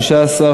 התשע"ג 2013,